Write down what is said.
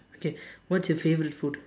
okay what's your favourite food